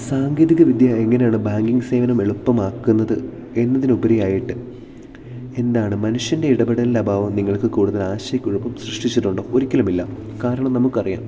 സാങ്കേതിക വിദ്യ എങ്ങനെയാണ് ബാങ്കിങ് സേവനം എളുപ്പമാക്കുന്നത് എന്നതിന് ഉപരിയായിട്ട് എന്താണ് മനുഷ്യൻ്റെ ഇടപെടലിൽ അഭാവം നിങ്ങൾക്ക് കൂടുതൽ ആശയക്കുഴപ്പം സൃഷ്ടിച്ചിട്ടുണ്ടോ ഒരിക്കലുമില്ല കാരണം നമുക്ക് അറിയാം